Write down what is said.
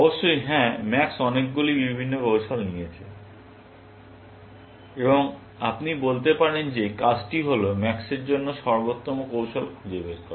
অবশ্যই হ্যাঁ max অনেকগুলি বিভিন্ন কৌশল নিয়েছে এবং আপনি বলতে পারেন যে কাজটি হল ম্যাক্সের জন্য সর্বোত্তম কৌশল খুঁজে বের করা